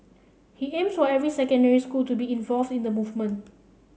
he aims for every secondary school to be involved in the movement